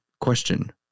Question